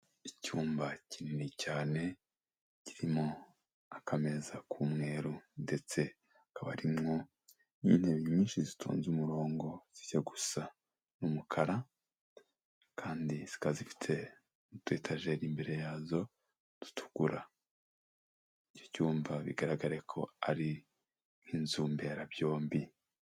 Icyumba kinini cyane kirimo akameza k'umweru ndetse hakaba harimwo n'intebe nyinshi zitonnze umurongo zijya gusa n'umukara, kandi zikaba zifite utu etajeri imbere yazo dutukura, icyi cyumba bigaragare ko ari inzu mbera byombi.